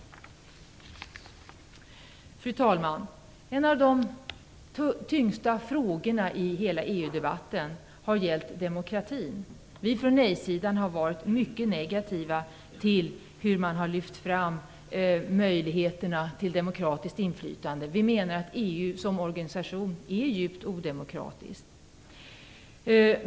Fru talman! En av de tyngsta frågorna i hela EU debatten har gällt demokratin. Vi från nej-sidan har varit mycket negativa till hur man har framställt möjligheterna till demokratiskt inflytande. Vi menar att EU som organisation är djupt odemokratisk.